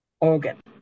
organ